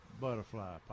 butterfly